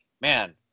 man